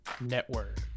network